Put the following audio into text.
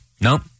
Nope